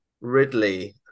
ridley